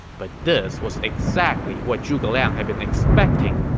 but this was exactly what zhuge liang had been expecting.